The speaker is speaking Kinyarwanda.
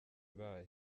ibaye